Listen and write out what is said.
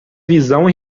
visão